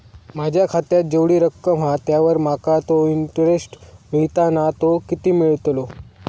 माझ्या खात्यात जेवढी रक्कम हा त्यावर माका तो इंटरेस्ट मिळता ना तो किती मिळतलो?